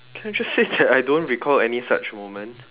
can I just say that I don't recall any such moment